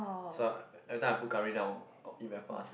so I everytime I put curry then I will I will eat very fast